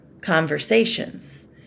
conversations